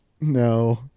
No